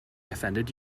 offended